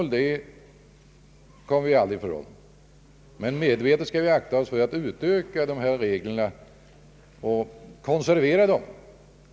Vi kommer aldrig ifrån krångel, men vi skall akta oss för att medvetet utöka dessa regler och konservera dem.